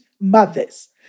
mothers